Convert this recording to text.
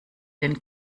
den